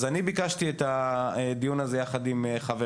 אז אני ביקשתי את הדיון הזה ביחד עם חבריי,